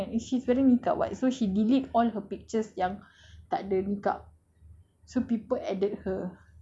memang semua gambar dia pakai niqab she is very she is wearing niqab [what] so she delete all her pictures yang tak ada niqab